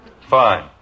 Fine